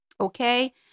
Okay